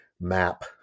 map